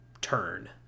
turn